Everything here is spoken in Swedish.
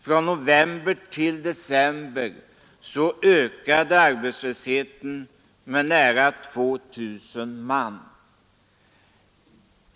Från november till december ökade arbetslösheten med nära 2 000 man.